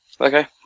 okay